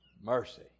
mercy